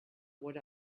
what